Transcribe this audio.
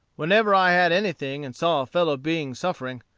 whenever i had anything and saw a fellow-being suffering,